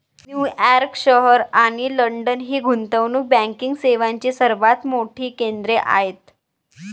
New York शहर आणि London ही गुंतवणूक बँकिंग सेवांची सर्वात मोठी केंद्रे आहेत